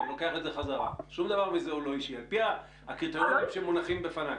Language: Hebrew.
אני לוקח את זה חזרה על-פי הקריטריונים שמונחים בפניך.